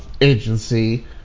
agency